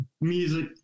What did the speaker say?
Music